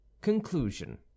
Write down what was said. CONCLUSION